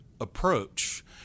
approach